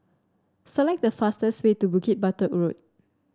select the fastest way to Bukit Batok Road